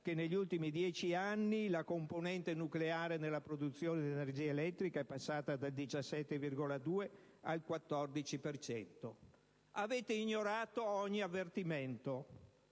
che negli ultimi dieci anni la componente nucleare nella produzione di energia elettrica è passata dal 17,2 al 14 per cento. Avete ignorato ogni avvertimento,